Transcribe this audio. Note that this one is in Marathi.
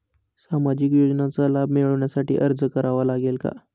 सामाजिक योजनांचा लाभ मिळविण्यासाठी अर्ज करावा लागेल का?